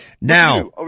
Now